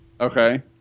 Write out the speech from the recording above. Okay